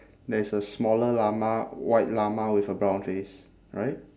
there is a smaller llama white llama with a brown face right